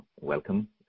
welcome